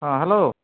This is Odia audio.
ହଁ ହ୍ୟାଲୋ